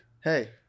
Hey